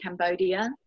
Cambodia